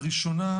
הראשונה,